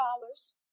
dollars